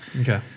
Okay